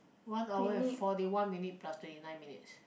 one hour and forty one minutes plus twenty nine minutes